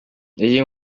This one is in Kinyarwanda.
iyi